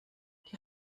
die